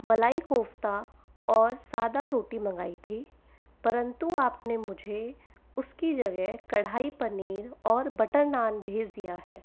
मलाई कोफ्ता और सादा रोटी मंगाई थी परंतु आपने मुझे उसकी जगह कढ़ाई पनीर और बटर नान भेज दिया है